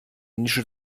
nische